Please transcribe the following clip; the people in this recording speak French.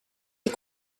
est